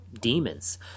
demons